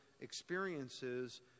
experiences